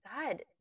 God